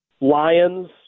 Lions